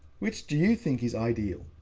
which do you think is ideal?